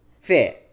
fair